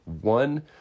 One